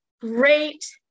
great